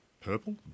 purple